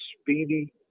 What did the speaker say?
speedy